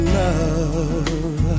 love